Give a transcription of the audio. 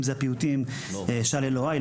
ביניהם הפיוטים: "אשאל אלוהיי",